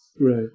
right